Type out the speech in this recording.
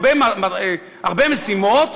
הרבה משימות,